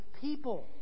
people